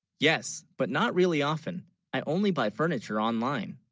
yes but not really, often i'd only, buy furniture online